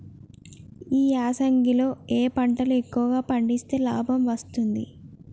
ఈ యాసంగి లో ఏ పంటలు ఎక్కువగా పండిస్తే లాభం వస్తుంది?